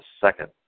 second